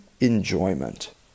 enjoyment